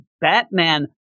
Batman